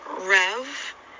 rev